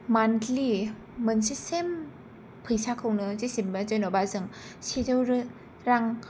monthly मोनसे same पैसाखौनो जेसेनो जेनोबा जों सेजौ रां